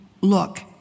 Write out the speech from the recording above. look